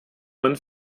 man